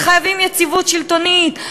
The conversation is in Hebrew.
וחייבים יציבות שלטונית,